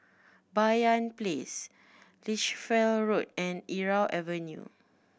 Banyan Place Lichfield Road and Irau Avenue